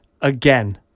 again